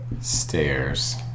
stairs